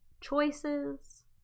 choices